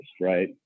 right